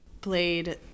played